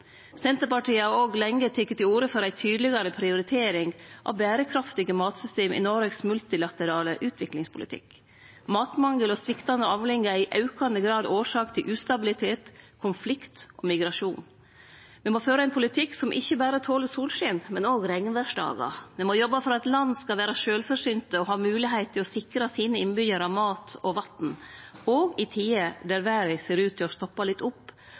Senterpartiet har òg lenge teke til orde for ei tydelegare prioritering av berekraftige matsystem i Noregs multilaterale utviklingspolitikk. Matmangel og sviktande avlingar er i aukande grad årsak til ustabilitet, konflikt og migrasjon. Me må føre ein politikk som ikkje berre toler solskin, men òg regnversdagar. Me må jobbe for at land skal vere sjølvforsynte og ha moglegheit til å sikre innbyggjarane mat og vatn, òg i tider då verda ser ut til å stoppe litt opp,